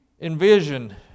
Envision